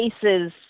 cases